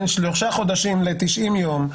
בין שלושה חודשים ל-90 יום,